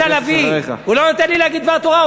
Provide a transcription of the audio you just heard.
עליזה לביא, הוא לא נותן לי להגיד דבר תורה.